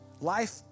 Life